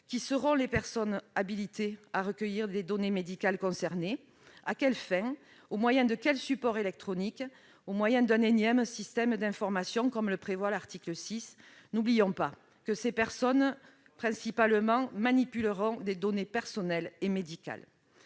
seront les personnes habilitées à recueillir les données médicales dont il s'agit ? à quelle fin ? au moyen de quel support électronique ? au moyen d'un énième système d'information, comme le prévoit l'article 6 ? N'oublions pas que ces personnes manipuleront, principalement, des données personnelles et médicales.